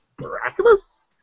miraculous